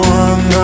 one